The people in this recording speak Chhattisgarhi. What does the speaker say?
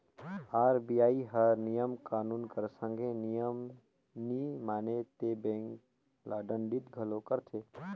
आर.बी.आई हर नियम कानून कर संघे नियम नी माने ते बेंक ल दंडित घलो करथे